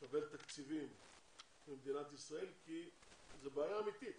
לקבל תקציבים ממדינת ישראל כי זו בעיה אמתית,